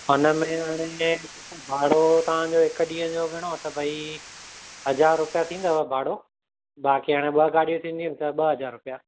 हुनमें हाणे भाड़ो तव्हांजो हिकु ॾींहं जो वञिणो त भई हज़ार रुपिया थींदव भाड़ो बाक़ी हाणे ॿ गाॾियूं थींदी त ॿ हज़ार रुपिया